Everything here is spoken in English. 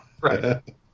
Right